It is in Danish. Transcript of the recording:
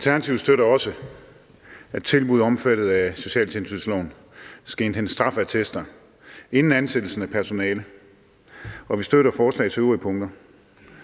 Alternativet støtter også, at tilbud omfattet af socialtilsynsloven skal indhente straffeattester inden ansættelsen af personale, og vi støtter forslagets øvrige punkter.